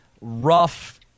rough